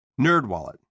NerdWallet